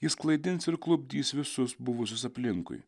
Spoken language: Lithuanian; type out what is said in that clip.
jis klaidins ir klupdys visus buvusius aplinkui